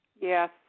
Yes